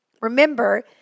Remember